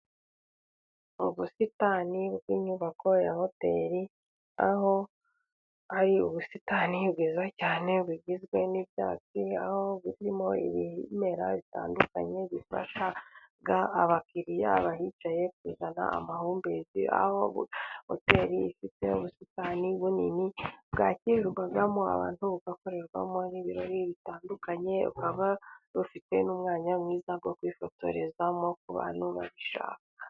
Mu busitani bw'inyubako ya hoteli, aho ari ubusitani bwiza cyane, bugizwe n'ibyatsi aho birimo ibimera bitandukanye, bifasha abakiriya bahicaye kujyana amahumbezi, aho buri hoteli ifite ubusitani bunini bwakenerwaga n'abantu, bugakorerwamo n'ibirori bitandukanye, baba rufite n'umwanya mwiza wo kwifotorezamo ku bantu babishaka.